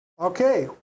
Okay